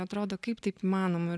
atrodo kaip taip įmanoma ir